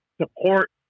support